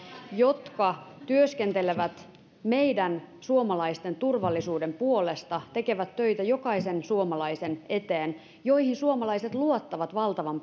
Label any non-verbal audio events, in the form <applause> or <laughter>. jotka työskentelevät meidän suomalaisten turvallisuuden puolesta tekevät töitä jokaisen suomalaisen eteen joihin suomalaiset luottavat valtavan <unintelligible>